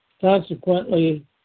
consequently